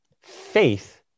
Faith